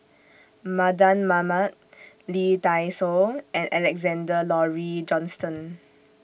Mardan Mamat Lee Dai Soh and Alexander Laurie Johnston